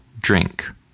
drink